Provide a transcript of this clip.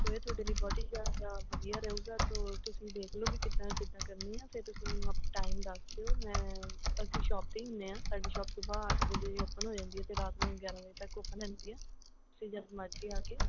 ਸੋ ਇਹ ਤੁਹਾਡੇ ਲਈ ਬਹੁਤ ਹੀ ਜ਼ਿਆਦਾ ਵਧੀਆ ਰਹੇਗਾ ਸੋ ਤੁਸੀਂ ਦੇਖ ਲਓ ਵੀ ਕਿੱਦਾਂ ਕਿੱਦਾਂ ਕਰਨੀ ਆ ਫਿਰ ਤੁਸੀਂ ਮੈਨੂੰ ਟਾਈਮ ਦੱਸ ਦਿਓ ਮੈਂ ਅਸੀਂ ਸ਼ੋਪ 'ਤੇ ਹੀ ਹੁੰਦੇ ਆ ਸਾਡੀ ਸ਼ੋਪ ਸੁਬਹਾ ਅੱਠ ਵਜੇ ਓਪਨ ਹੋ ਜਾਂਦੀ ਏ ਅਤੇ ਰਾਤ ਨੂੰ ਗਿਆਰ੍ਹਾਂ ਵਜੇ ਤੱਕ ਓਪਨ ਰਹਿੰਦੀ ਹੈ ਸੋ ਜਦ ਮਰਜ਼ੀ ਆ ਕੇ